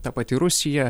ta pati rusija